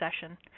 session